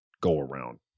go-around